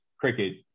cricket